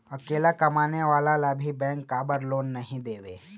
अकेला कमाने वाला ला भी बैंक काबर लोन नहीं देवे?